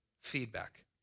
feedback